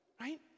right